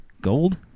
Gold